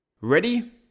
Ready